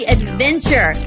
Adventure